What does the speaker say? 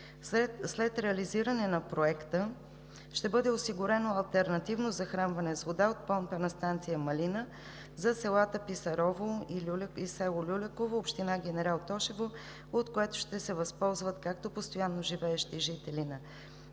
След реализиране на проекта ще бъде осигурено алтернативно захранване с вода от Помпена станция Малина за селата Писарово и Люляково, община Генерал Тошево, от което ще се възползват както постоянно живеещи жители на двете села